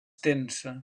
tensa